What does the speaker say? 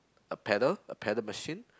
a paddle a paddle machine